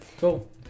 cool